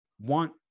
want